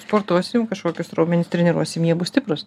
sportuosim kažkokius raumenis treniruosim jie bus stiprūs